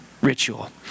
ritual